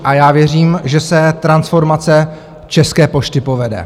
A já věřím, že se transformace České pošty povede.